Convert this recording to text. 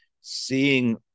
seeing